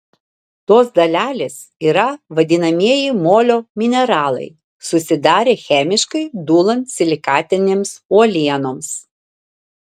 tos dalelės yra vadinamieji molio mineralai susidarę chemiškai dūlant silikatinėms uolienoms